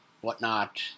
whatnot